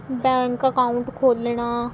bank account ਖੋਲ੍ਹਣਾ